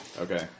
Okay